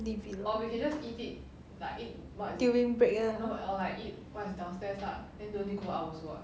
during break ah